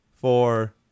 four